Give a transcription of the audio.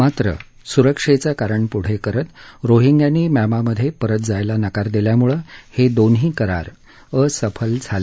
मात्र सुरक्षेचं कारण पुढे करत रोहिग्यांनी म्यांमामधे परत जायला नकार दिल्यामुळे हे दोन्ही करार असफल झाले